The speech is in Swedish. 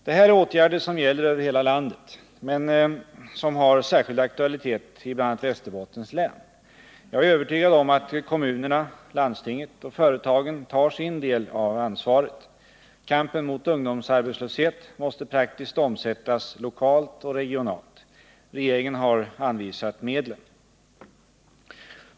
Det här är åtgärder som gäller över hela landet men som har särskild aktualitet i bl.a. Västerbottens län. Jag är övertygad om att kommunerna, landstingen och företagen tar sin del av ansvaret. Kampen mot ungdomsarbetslösheten måste praktiskt omsättas lokalt och regionalt. Regeringen har anvisat medlen.